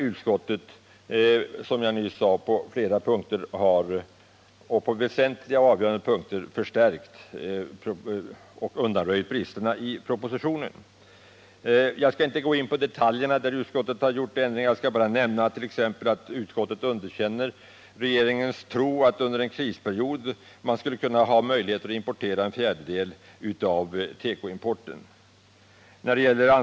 Utskottet har, som jag nyss sagt, på avgörande punkter förstärkt propositionens förslag och undanröjt bristerna i den. Jag skall inte i detalj gå in på utskottets förslag till ändringar. Jag skall bara nämna att utskottet underkänner regeringens tro att man under en krisperiod skulle ha möjligheter att upprätthålla en fjärdedel av tekoimporten.